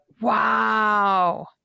Wow